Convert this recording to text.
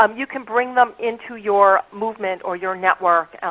um you can bring them into your movement or your network,